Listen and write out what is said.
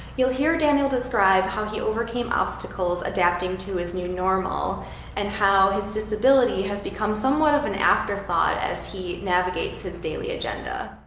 you'll hear daniel describe how he overcame obstacles adapting to his new normal and how his disability has become somewhat of an afterthought as he navigates his daily agenda.